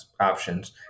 options